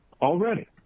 already